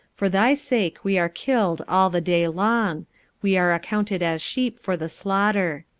for thy sake we are killed all the day long we are accounted as sheep for the slaughter.